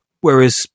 whereas